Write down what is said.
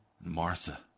Martha